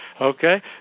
Okay